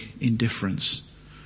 indifference